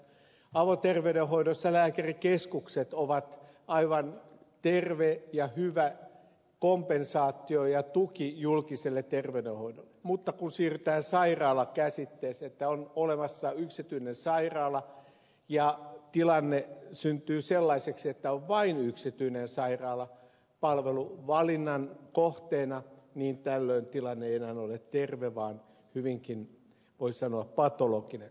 avoterveydenhoidossa lääkärikeskukset ovat aivan terve ja hyvä kompensaatio ja tuki julkiselle terveydenhoidolle mutta kun siirrytään sairaalakäsitteeseen että on olemassa yksityinen sairaala ja tilanne syntyy sellaiseksi että on vain yksityinen sairaala palveluvalinnan kohteena niin tällöin tilanne ei enää ole terve vaan hyvinkin voi sanoa patologinen